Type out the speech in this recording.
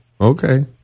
okay